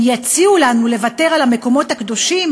אם יציעו לנו לוותר על המקומות הקדושים,